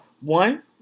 one